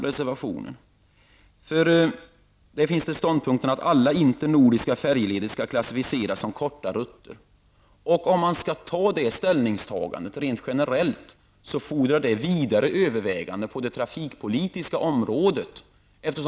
Där förs ståndpunkten att alla internordiska färjeleder skall klassificeras som korta rutter fram. Om man skall ta det ställningstagandet rent generellt, fordrar det vidare överväganden på det trafikpolitiska området.